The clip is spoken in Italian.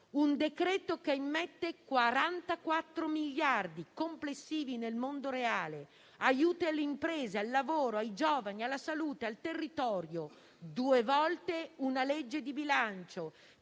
Un decreto che immette 44 miliardi complessivi nel mondo reale: aiuti alle imprese, al lavoro, ai giovani, alla salute, al territorio. Due volte una legge di bilancio